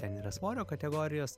ten yra svorio kategorijos